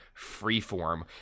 Freeform